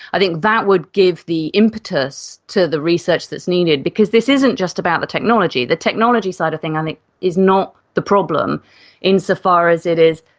i think that would give the impetus to the research that's needed, because this isn't just about the technology. the technology side of things i think is not the problem problem in so far as it is,